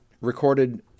recorded